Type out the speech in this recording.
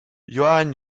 johann